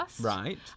right